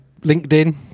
linkedin